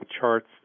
charts